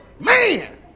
Man